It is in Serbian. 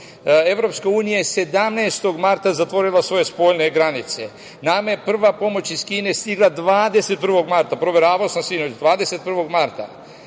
Evropska unija je 17. marta zatvorila svoje spoljne granice. Nama je prva pomoć iz Kine stigla 21. marta,